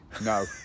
No